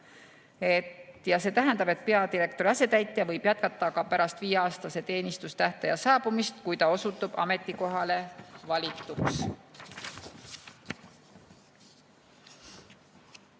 See tähendab, et peadirektori asetäitja võib jätkata ka pärast viieaastase teenistustähtaja saabumist, kui ta osutub ametikohale valituks.